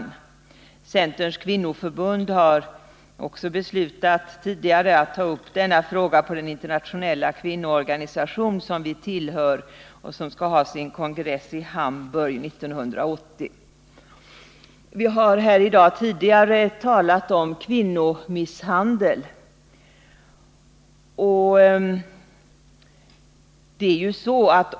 Vi har redan tidigare inom Centerns kvinnoförbund beslutat att ta upp frågan inom den internationella kvinnoorganisation som vi tillhör och som skall hålla kongress i Hamburg 1980. Vi har tidigare i dag diskuterat kvinnomisshandel här i kammaren.